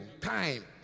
time